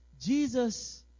Jesus